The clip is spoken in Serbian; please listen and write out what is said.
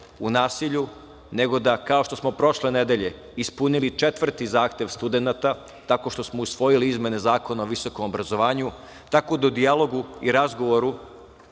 u nasilju, nego da kao što smo prošle nedelje ispunili četvrti zahtev studenata tako što smo usvojili izmene Zakon o visokom obrazovanju, tako da u dijalogu i razgovoru